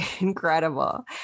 incredible